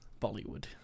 Bollywood